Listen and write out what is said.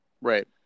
right